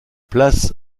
place